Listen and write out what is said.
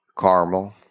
caramel